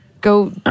Go